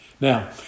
Now